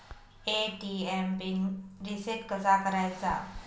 ATM PIN reset कसा करायचा?